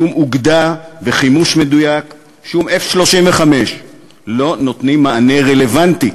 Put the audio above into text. שום אוגדה וחימוש מדויק ושום F-35 לא נותנים מענה רלוונטי